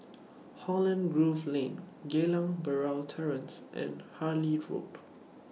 Holland Grove Lane Geylang Bahru Terrace and Harlyn Road